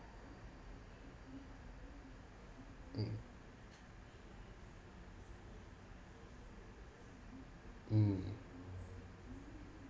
mm mm